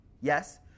Yes